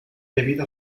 debido